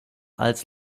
als